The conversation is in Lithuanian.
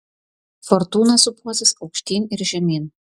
fortūna sūpuosis aukštyn ir žemyn